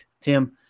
Tim